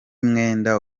mwenda